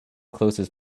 closest